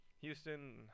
Houston